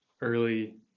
early